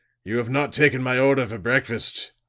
you have not taken my order for breakfast.